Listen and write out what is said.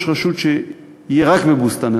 ראש רשות שיהיה רק בבוסתאן-אלמרג'.